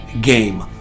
game